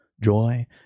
joy